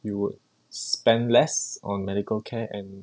you would spend less on medical care and